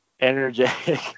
energetic